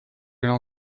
n’en